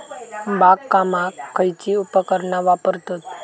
बागकामाक खयची उपकरणा वापरतत?